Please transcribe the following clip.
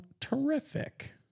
terrific